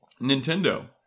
Nintendo